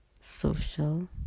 social